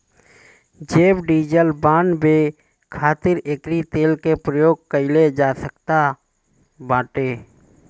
जैव डीजल बानवे खातिर एकरी तेल के प्रयोग कइल जा सकत बाटे